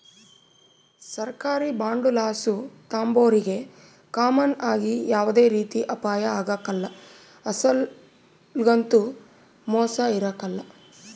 ಸರ್ಕಾರಿ ಬಾಂಡುಲಾಸು ತಾಂಬೋರಿಗೆ ಕಾಮನ್ ಆಗಿ ಯಾವ್ದೇ ರೀತಿ ಅಪಾಯ ಆಗ್ಕಲ್ಲ, ಅಸಲೊಗಂತೂ ಮೋಸ ಇರಕಲ್ಲ